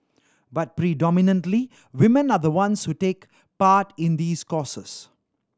but predominantly women are the ones who take part in these courses